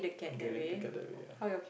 get it take it that way ah